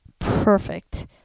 Perfect